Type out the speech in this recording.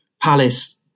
Palace